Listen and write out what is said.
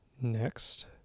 next